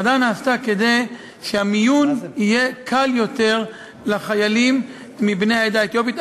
ההפרדה נעשתה כדי שהמיון יהיה קל יותר לחיילים מבני העדה האתיופית.